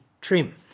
Trim